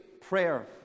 prayer